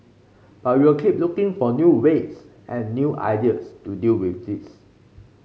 but we will keep looking for new ways and new ideas to deal with this